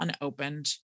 unopened